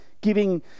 giving